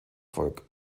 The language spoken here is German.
volk